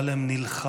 אבל הם נלחמו,